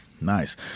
Nice